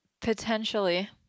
Potentially